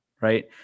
right